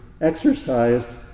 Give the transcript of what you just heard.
exercised